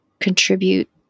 contribute